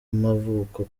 y’amavuko